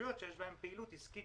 לרשויות שיש בהן פעילות עסקית